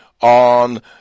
on